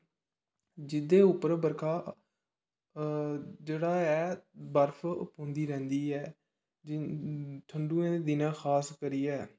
जिं''दे उपर बर्खा जेहड़ा ऐ बर्फ पोंदी रैहंदी ऐ जि'यां ठंडुयें दे दिन खास करियै